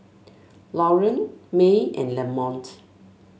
Loren May and Lamont